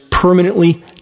permanently